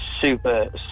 super